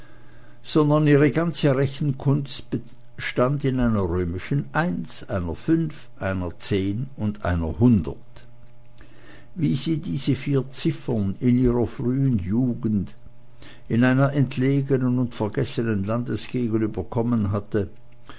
sondern ihre ganze rechenkunst bestand in einer römischen eins einer fünf einer zehn und einer hundert wie sie diese vier ziffern in ihrer frühen jugend in einer entlegenen und vergessenen landesgegend überkommen hatte